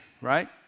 right